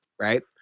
right